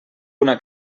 una